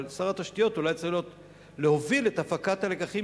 אבל שר התשתיות אולי צריך להוביל את הפקת הלקחים,